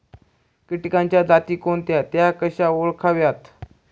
किटकांच्या जाती कोणत्या? त्या कशा ओळखाव्यात?